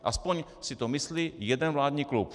Aspoň si to myslí jeden vládní klub.